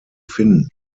finden